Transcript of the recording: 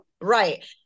Right